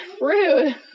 Rude